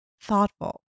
Thoughtful